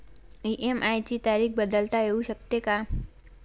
EMI ची तारीख बदलता येऊ शकते का?